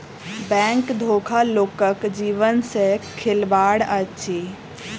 bank धोखा लोकक जीवन सॅ खेलबाड़ अछि